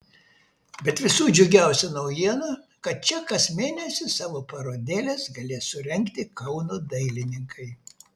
bet visų džiugiausia naujiena kad čia kas mėnesį savo parodėles galės surengti kauno dailininkai